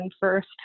first